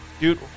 dude